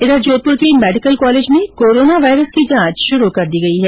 इधर जोधपुर के medical college में कोरोना वायरस की जांच शुरू कर दी गई है